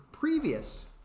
Previous